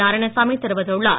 நாராயணசாமி தெரிவித்துள்ளார்